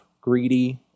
greedy